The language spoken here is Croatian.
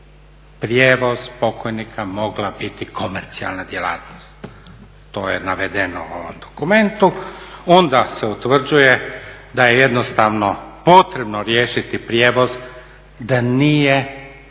prijevoz pokojnika mogla biti komercijalna djelatnost. To je navedeno u dokumentu. Onda se utvrđuje da je jednostavno potrebno riješiti prijevoz, da nije komunalna